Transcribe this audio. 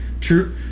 true